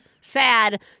sad